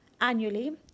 annually